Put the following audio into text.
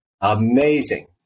amazing